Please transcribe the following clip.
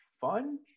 fun